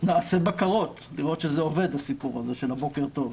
נעשה בקרות לראות שזה עובד הסיפור של ה"בוקר טוב".